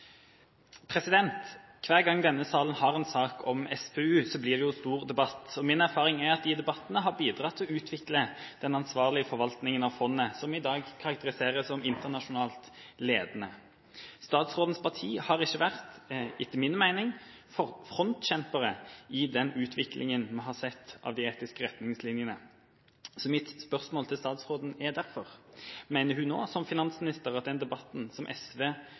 Hver gang denne salen har en sak om SPU, blir det stor debatt. Min erfaring er at de debattene har bidratt til å utvikle den ansvarlige forvaltninga av fondet, som i dag karakteriseres som internasjonalt ledende. Statsrådens parti har etter min mening ikke vært frontkjempere i den utviklinga vi har sett av de etiske retningslinjene. Så mitt spørsmål til statsråden er derfor: Mener hun nå som finansminister at den debatten som SV